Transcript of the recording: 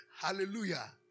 Hallelujah